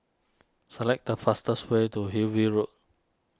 select the fastest way to Hillview Road